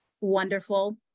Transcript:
wonderful